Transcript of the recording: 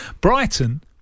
Brighton